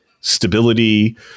stability